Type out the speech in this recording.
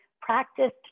practiced